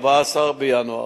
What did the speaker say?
14 בינואר,